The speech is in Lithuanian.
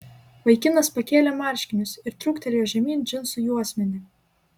vaikinas pakėlė marškinius ir truktelėjo žemyn džinsų juosmenį